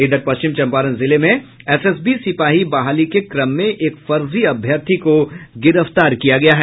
इधर पश्चिम चम्पारण जिले में एसएसबी सिपाही बहाली के क्रम में एक फर्जी अभ्यर्थी को गिरफ्तार किया गया है